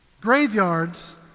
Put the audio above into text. Graveyards